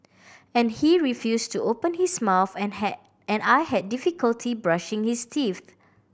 and he refused to open his mouth and had I had difficulty brushing his teeth